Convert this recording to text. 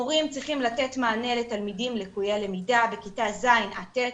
מורים צריכים לתת מענה לתלמידים לקויי הלמידה בכיתה ז' עד ט',